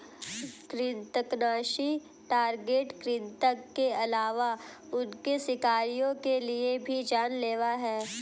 कृन्तकनाशी टारगेट कृतंक के अलावा उनके शिकारियों के लिए भी जान लेवा हैं